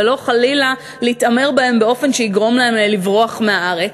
ולא חלילה להתעמר בהם באופן שיגרום להם לברוח מהארץ.